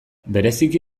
bereziki